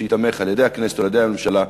שייתמך על-ידי הכנסת או על-ידי הממשלה,